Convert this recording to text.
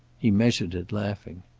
he measured it, laughing.